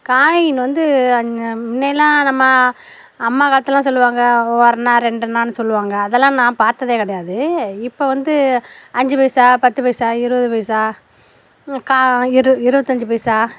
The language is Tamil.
காயின் வந்து முன்னெல்லாம் நம்ப அம்மா காலத்திலலாம் சொல்வாங்க ஒரணா ரெண்டணானு சொல்லுவாங்க அதெல்லாம் நான் பார்த்ததே கிடையாது இப்போ வந்து அஞ்சுப்பைசா பத்துப்பைசா இருபது பைசா கா இரு இருபத்தஞ்சு பைசா